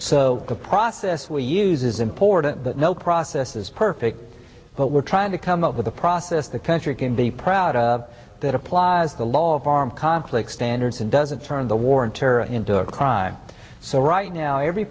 so the process we use is important but no process is perfect but we're trying to come up with a process the country can be proud of that applies the law of armed conflict standards and doesn't turn the war on terror into a crime so right now every